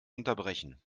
unterbrechen